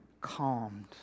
calmed